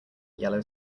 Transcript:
yellow